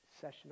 session